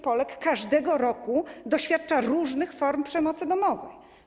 Polek każdego roku doświadcza różnych form przemocy domowej.